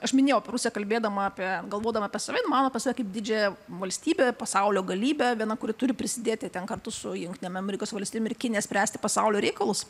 aš minėjau apie rusiją kalbėdama apie galvodama apie save jinai mano apie save kaip didžiąją valstybę pasaulio galybę vieną kuri turi prisidėti ten kartu su jungtinėm amerikos valstijom ir kinija spręsti pasaulio reikalus